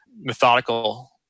methodical